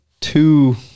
two